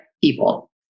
people